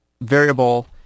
variable